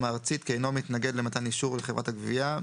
הארצית כי אינו מתנגד למתן אישור לחברת הגבייה,